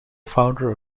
founder